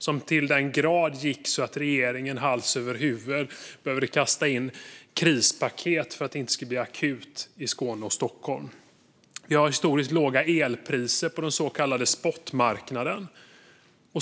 Det gick till den grad att regeringen hals över huvud behövde kasta in krispaket för att det inte skulle bli akut i Skåne och Stockholm. Vi har historiskt låga elpriser på den så kallade spotmarknaden.